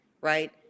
right